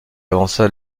avança